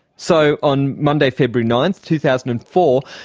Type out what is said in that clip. so on monday february nine, two thousand and four,